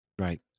Right